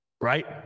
right